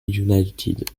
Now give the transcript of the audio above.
united